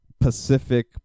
Pacific